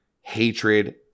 hatred